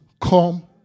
Come